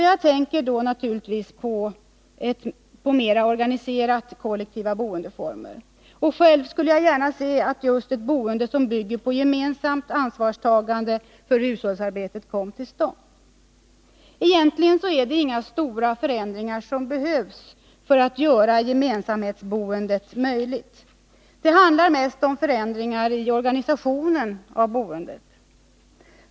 Jag tänker då naturligtvis på mer organiserade kollektiva boendeformer. Själv skulle jag gärna se att just ett boende som bygger på det gemensamma ansvarstagandet för hushållsarbetet kom till stånd. Egentligen är det inga stora förändringar som behövs för att göra gemensamhetsboendet möjligt. Det handlar mest om förändringar i organisationen av boendet.